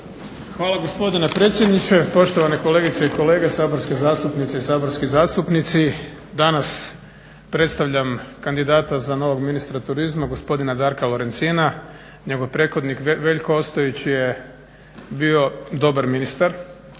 Hvala gospodine predsjedniče, poštovane kolegice i kolege saborske zastupnice i saborski zastupnici. Danas predstavljam kandidata za novog ministra turizma, gospodina Darka Lorencina. Njegov prethodnik Veljko Ostojić je bio dobar ministar,